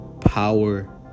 Power